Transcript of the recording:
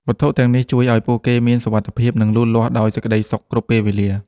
វត្ថុទាំងនេះជួយអោយពួកគេមានសុវត្ថិភាព និងលូតលាស់ដោយសេចក្តីសុខគ្រប់ពេលវេលា។